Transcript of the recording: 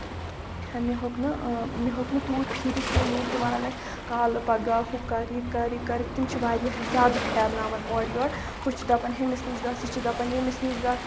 مےٚ ہیوٚکھ نہٕ مےٚ ہیٚوکھ نہٕ تیوٗت پھیٖرِتھ کیٚنٛہہ یوٗت تِم وَنان ٲسۍ کالہٕ پگہہ ہُہ کر یہِ کر یہِ کر تِم چھِ واریاہ زیادٕ پھیرناوان اورٕ یور ہُہ چھُ دَپان ہُمِس نِش گژھ یہِ چھُ دَپان ییٚمس نِش گژھ